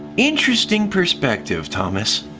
interesting perspective, thomas.